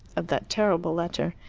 of that terrible letter.